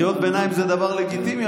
----- קריאות ביניים זה דבר לגיטימי,